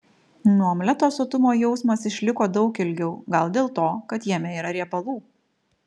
nuo omleto sotumo jausmas išliko daug ilgiau gal dėl to kad jame yra riebalų